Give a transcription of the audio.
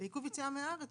ועיכוב יציאה מן הארץ,